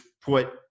put